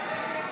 ההצעה להעביר